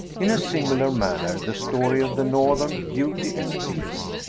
in a similar manner the story of the northern beauty and beast,